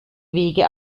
wege